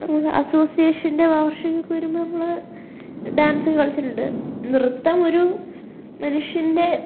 ഞങ്ങൾക്ക് അസ്സോസിയേഷൻ്റെ വാർഷികം ഒക്കെ വരുമ്പോൾ നമ്മൾ ഡാൻസ് കളിച്ചിട്ടുണ്ട് നൃത്തം ഒരു മനുഷ്യൻ്റെ